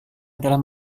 adalah